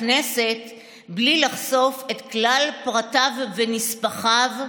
הכנסת בלי לחשוף את כלל פרטיו ונספחיו,